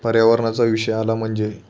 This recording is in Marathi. पर्यावरणाचा विषय आला म्हणजे